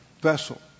vessel